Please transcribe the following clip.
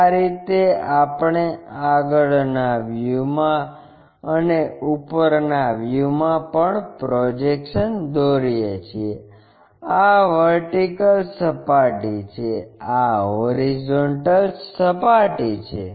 આ રીતે આપણે આગળના વ્યૂમાં અને ઉપરના વ્યૂમાં પણ પ્રોજેકશન દોરીએ છીએ આ વર્ટિકલ સપાટી છે આ હોરીઝોન્ટલ સપાટી છે